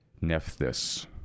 Nephthys